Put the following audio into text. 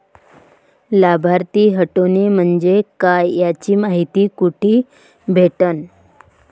लाभार्थी हटोने म्हंजे काय याची मायती कुठी भेटन?